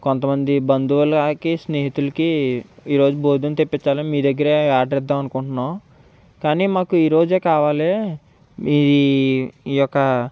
కొంతమంది బంధువులకి స్నేహితులకి ఈరోజు భోజనం తెప్పిచ్చాలి మీ దగ్గర ఆర్డర్ ఇద్దాం అనుకుంటున్నాము కానీ మాకు ఈరోజే కావాలి ఈ ఈ యొక